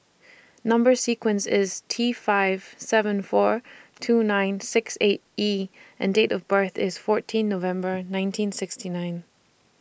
Number sequence IS T five seven four two nine six eight E and Date of birth IS fourteen November nineteen sixty nine